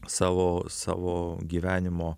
savo savo gyvenimo